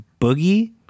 boogie